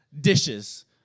Dishes